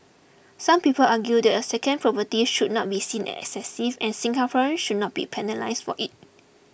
some people argue that a second property should not be seen as excessive and Singaporeans should not be penalised for it